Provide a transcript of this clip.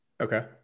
Okay